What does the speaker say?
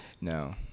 no